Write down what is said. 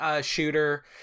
shooter